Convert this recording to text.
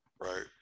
Right